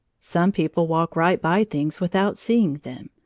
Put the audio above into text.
some people walk right by things without seeing them,